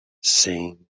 sing